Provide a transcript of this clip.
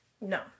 No